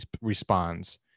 responds